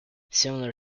similar